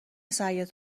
سعیت